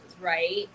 right